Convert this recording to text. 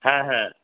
হ্যাঁ হ্যাঁ